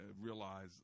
realize